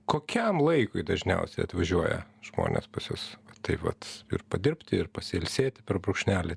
kokiam laikui dažniausiai atvažiuoja žmonės pas jus taip vat ir padirbti ir pasiilsėti per brūkšnelį